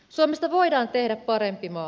suomesta voidaan tehdä parempi maa